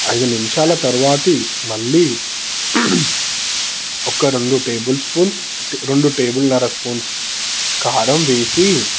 ఐదు నిముషాల తరువాతి మళ్ళీ ఒక రెండు టేబుల్స్పూన్ రెండు టేబుల్న్నర స్పూన్స్ కారం వేసి